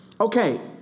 Okay